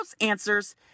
answers